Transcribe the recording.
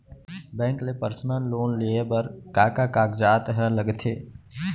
Bank ले personal loan लेये बर का का कागजात ह लगथे?